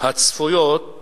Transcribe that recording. הצפויות